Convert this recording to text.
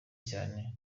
cyane